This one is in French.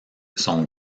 sont